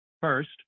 First